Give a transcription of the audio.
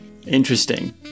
interesting